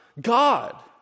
God